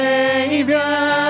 Savior